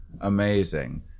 amazing